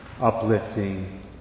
uplifting